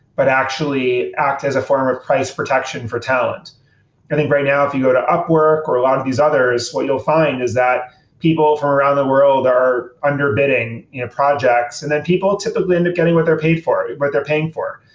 but actually act as a form of price protection for talent i think right now if you go to upwork, or a lot of these others, what you'll find is that people from around the world are under-bidding projects. and then people typically end up getting what they're paid for, what they're paying for.